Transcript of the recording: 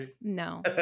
No